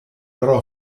però